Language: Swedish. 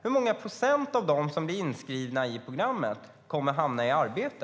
Hur många procent av de som blir inskrivna i programmet kommer att hamna i arbete?